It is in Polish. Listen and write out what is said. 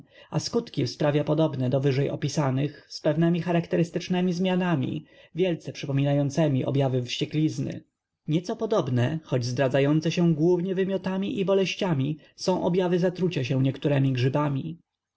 a skutki sprawia podobne do wyżej opisanych z pewnemi charakterystycznemi zmianami wielce przypominającemi objawy wścieklizny nieco podobne choć zdradzające się głównie wymiotami i boleściami są objawy otrucia się niektóremi